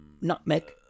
nutmeg